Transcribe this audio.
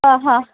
हा हा